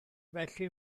felly